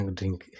drink